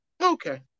Okay